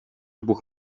бүх